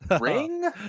Ring